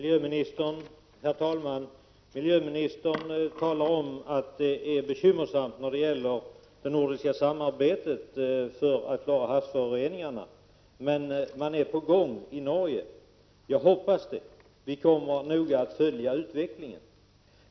Herr talman! Miljöministern säger att det nordiska samarbetet är bekymmersamt när det gäller att komma till rätta med havsföroreningarna men att man i Norge är på gång. Jag hoppas det. Vi kommer att noga följa utvecklingen.